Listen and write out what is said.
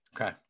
Okay